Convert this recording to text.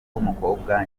w’umukobwa